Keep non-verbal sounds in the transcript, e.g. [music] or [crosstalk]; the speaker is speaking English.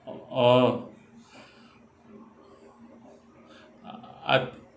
o~ orh [breath] uh I